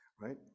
right